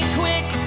quick